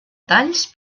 talls